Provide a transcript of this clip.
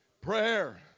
Prayer